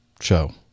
Show